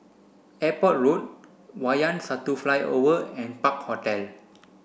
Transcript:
Airport Road Wayang Satu Flyover and Park Hotel